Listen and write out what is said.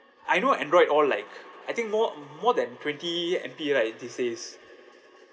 I know android all like I think more more than twenty M_P right these days